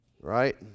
right